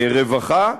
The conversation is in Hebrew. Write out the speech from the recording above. הרווחה.